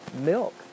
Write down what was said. milk